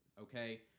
Okay